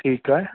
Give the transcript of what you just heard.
ठीकु आहे